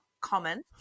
common